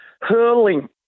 hurling